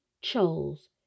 chose